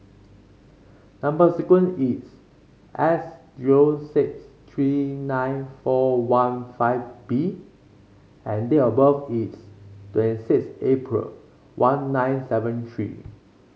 number sequence is S zero six three nine four one five B and date of birth is twenty sixth April one nine seven three